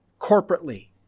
corporately